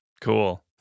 cool